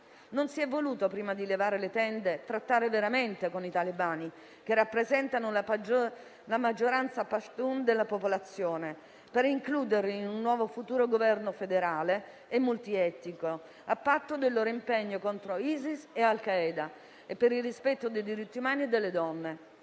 Non si è voluto, prima di levare le tende, trattare veramente con i talebani, che rappresentano la maggioranza pashtun della popolazione, per includerli in un nuovo futuro governo federale e multietnico, a patto del loro impegno contro ISIS e al-Qaeda e per il rispetto dei diritti umani e delle donne.